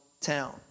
town